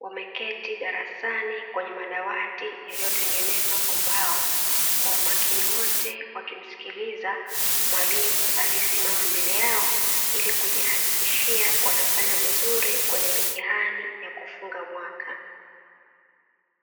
wameketi darasani kwenye madawati yaliyotengenezwa kwa mbao, kwa umakini wote wakimsikiliza mwalimu aliyesimama mbele yao, ili kujihakikishia wanafanya vizuri kwenye mitihani ya kufunga mwaka.